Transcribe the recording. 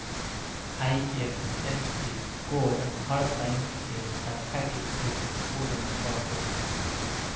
IFSC code हर bank के शाखा के एगो कोड नंबर होत हवे